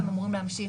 הם אמורים להמשיך,